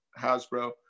Hasbro